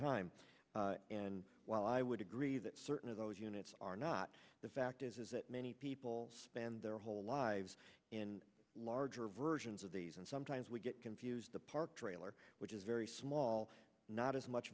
time and while i would agree that certain of those units are not the fact is that many people spend their whole lives in larger versions of these and sometimes we get confused the park trailer which is very small not as much